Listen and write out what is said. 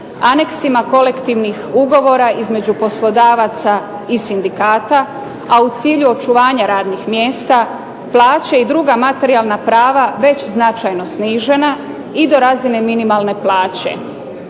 aneksima kolektivnih ugovora između poslodavaca i sindikata, a u cilju očuvanja radnih mjesta plaće i druga materijalna prava već značajno snižena i do razine minimalne plaće.